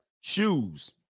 Shoes